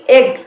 Egg